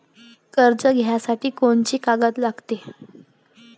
कर्ज घ्यासाठी कोनची कागद लागते?